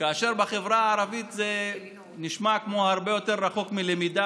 ובחברה הערבית זה נשמע הרבה יותר רחוק מלמידה